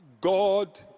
God